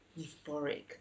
euphoric